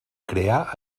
crear